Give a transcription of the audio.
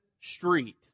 Street